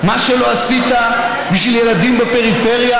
מה שלא עשית בשביל ילדים בפריפריה,